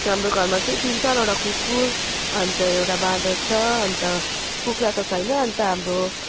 हाम्रो घरमा चाहिँ तिन चारवटा कुकुर अन्त एउटा बाँदर छ अन्त कुखुरा त छैन अन्त हाम्रो